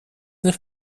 nicht